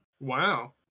Wow